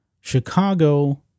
Chicago